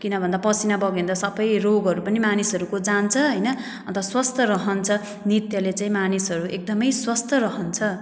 किन भन्दा पसिना बग्यो भने त सबै रोगहरू पनि मानिसहरूको जान्छ हैन अनि त स्वस्थ रहन्छ नृत्यले चाहिँ मानिसहरू एकदमै स्वस्थ रहन्छ